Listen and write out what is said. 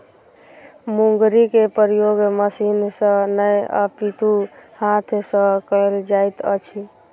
मुंगरीक प्रयोग मशीन सॅ नै अपितु हाथ सॅ कयल जाइत अछि